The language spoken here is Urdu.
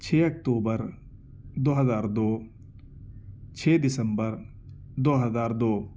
چھ اکتوبر دو ہزار دو چھ دسمبر دو ہزار دو